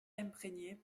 imprégnée